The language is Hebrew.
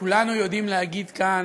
כולנו יודעים להגיד כאן,